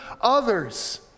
others